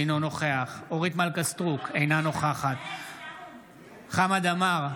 אינו נוכח אורית מלכה סטרוק, אינה נוכחת חמד עמאר,